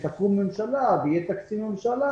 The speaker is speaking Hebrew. שתקום ממשלה וכשיהיה תקציב ממשלה,